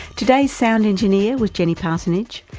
today's sound engineer was jenny parsonage,